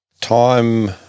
time